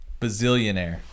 bazillionaire